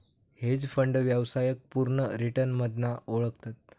hedge fund व्यवसायाक पुर्ण return मधना ओळखतत